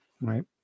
Right